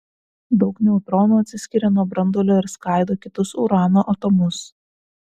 daug neutronų atsiskiria nuo branduolio ir skaido kitus urano atomus